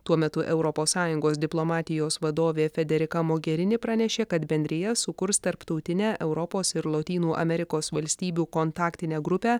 tuo metu europos sąjungos diplomatijos vadovė frederika mogerini pranešė kad bendrija sukurs tarptautinę europos ir lotynų amerikos valstybių kontaktinę grupę